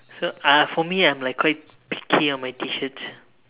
so uh for me I'm like quite picky on my T-shirts